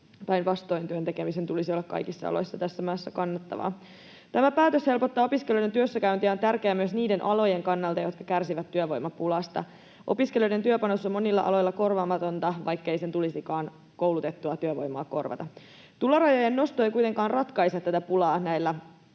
päinvastoin, työn tekemisen tulisi olla kaikissa oloissa tässä maassa kannattavaa. Tämä päätös helpottaa opiskelijoiden työssäkäyntiä, ja on tärkeää myös niiden alojen kannalta, jotka kärsivät työvoimapulasta. Opiskelijoiden työpanos on monilla aloilla korvaamatonta, vaikkei sen tulisikaan koulutettua työvoimaa korvata. Tulorajojen nosto ei kuitenkaan ratkaise tätä pulaa näillä aloilla,